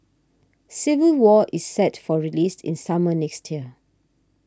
Civil War is set for release in summer next year